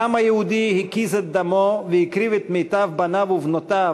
העם היהודי הקיז את דמו והקריב את מיטב בניו ובנותיו